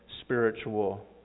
spiritual